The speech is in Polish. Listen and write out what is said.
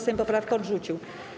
Sejm poprawkę odrzucił.